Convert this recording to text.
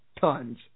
tons